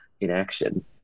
inaction